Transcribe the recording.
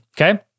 Okay